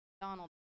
Donald